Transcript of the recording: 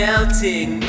Melting